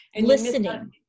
listening